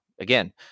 again